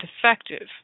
effective